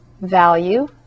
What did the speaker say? value